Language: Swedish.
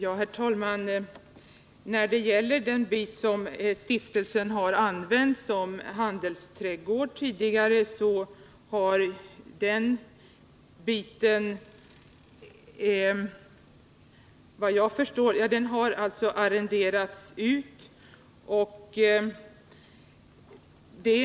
Herr talman! Den mark som stiftelsen tidigare har använt som handelsträdgård har arrenderats ut.